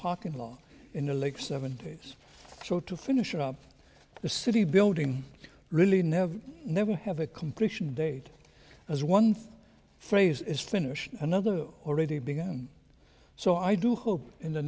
parking lot in the late seventy's so to finish up the city building really never never have a completion date as one thing phrase is finished another already begun so i do hope in the